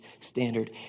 standard